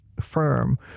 firm